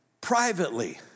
privately